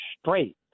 straight